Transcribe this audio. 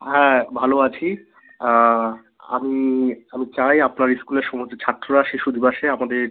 হ্যাঁ ভালো আছি আমি আমি চাই আপনার স্কুলের সমস্ত ছাত্ররা শিশু দিবসে আমাদের